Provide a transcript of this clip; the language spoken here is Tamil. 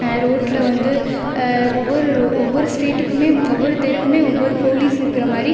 ரோட்டில் வந்து ஒவ்வொரு ஒவ்வொரு ஸ்ட்ரீட்டுக்குமே ஒவ்வொரு தெருக்குமே ஒவ்வொரு போலீஸ் இருக்கின்ற மாதிரி